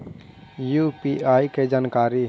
UPI के जानकारी?